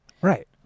right